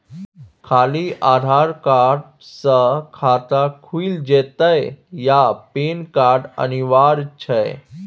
खाली आधार कार्ड स खाता खुईल जेतै या पेन कार्ड अनिवार्य छै?